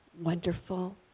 wonderful